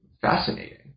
fascinating